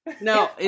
No